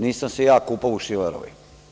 Nisam se ja kupao u Šilerovoj.